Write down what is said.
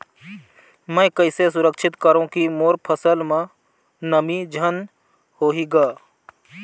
मैं कइसे सुरक्षित करो की मोर फसल म नमी झन होही ग?